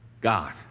God